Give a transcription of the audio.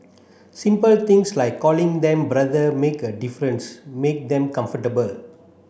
simple things like calling them brother make a difference make them comfortable